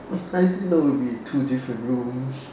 I didn't know we'll be in two different rooms